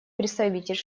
представитель